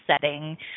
setting